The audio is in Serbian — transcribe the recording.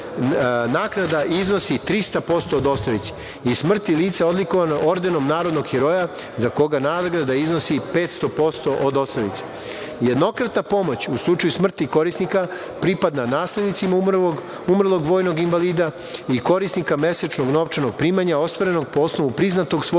naknada iznosi 300% od osnovice i smrti lica odlikovanog Ordenom Narodnog heroja za koga nagrada iznosi 500% od osnovice. Jednokratna pomoć u slučaju smrti korisnika pripada naslednicima umrlog, umrlog vojnog invalida i korisnika mesečnog novčanog primanja ostvarenog po osnovu priznatog svojstva